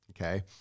okay